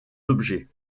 objets